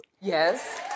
Yes